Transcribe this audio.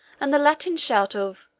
and the latin shout of,